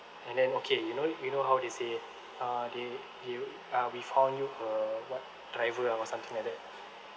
and then okay you know you know how they say uh they they uh we found you uh what driver or something like that